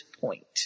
point